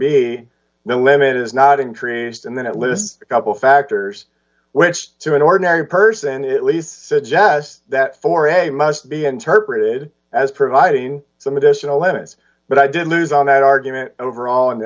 be no limit is not increased and then it lists a couple factors which to an ordinary person it least suggest that for a must be interpreted as providing some additional evidence but i did lose on that argument overall and